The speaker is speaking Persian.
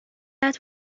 علت